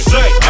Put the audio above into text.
Say